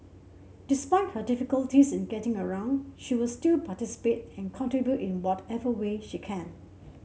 despite her difficulties in getting around she will still participate and contribute in whatever way she can